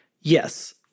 Yes